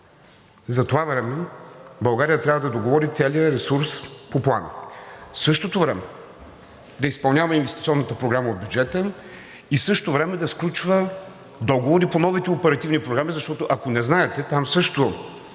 За това време България трябва да договори целия ресурс по Плана и в същото време да изпълнява инвестиционната програма от бюджета, и в същото време да сключва договори по новите оперативни програми, защото, ако не знаете, там също